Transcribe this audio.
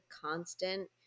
constant